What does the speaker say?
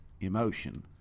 emotion